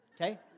Okay